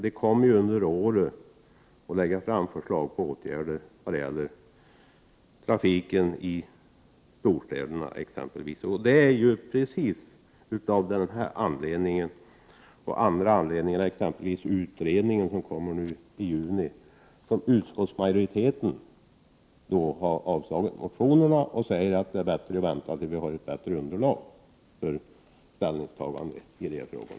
Det kommer under året att läggas fram förslag till åtgärder exempelvis när det gäller trafiken i storstäderna. Det är av denna anledning och på grund av utredningen som kommer nu i juni som utskottsmajoriteten har avstyrkts motionerna och sagt att det är bättre att vänta tills vi har ett bättre underlag för ställningstagande i dessa frågor.